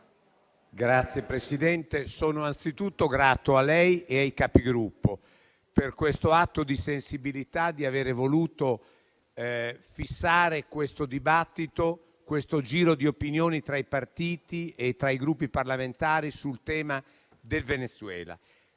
Signor Presidente, sono anzitutto grato a lei e ai Capigruppo per l'atto di sensibilità di aver voluto fissare questo dibattito, un giro di opinioni tra i partiti e tra i Gruppi parlamentari sul tema del Venezuela.